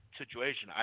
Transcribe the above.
situation